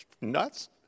Nuts